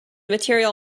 material